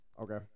Okay